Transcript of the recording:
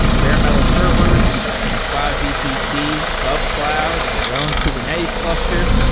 bare metal servers in a cloud vpc, govcloud and their own kubernetes cluster,